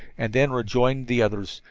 and then rejoin the others,